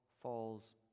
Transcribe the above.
falls